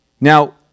Now